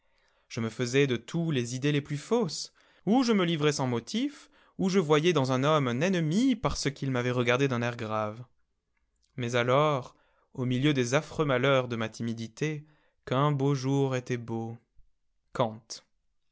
je me faisais de tout les idées les plus fausses ou je me livrais sans motifs ou je voyais dans un homme un ennemi parce qu'il m'avait regardé d'un air grave mais alors au milieu des affreux malheurs de ma timidité qu'un beau jour était beau kant